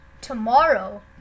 Tomorrow